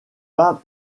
pas